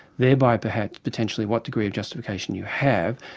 thereby perhaps potentially what degree of justification you have.